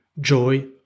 joy